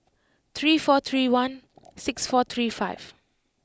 three four three one six four three five